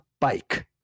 bike